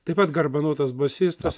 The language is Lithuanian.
taip pat garbanotas bosistas